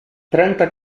trenta